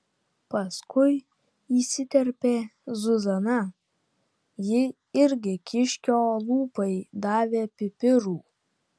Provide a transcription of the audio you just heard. paskui įsiterpė zuzana ji irgi kiškio lūpai davė pipirų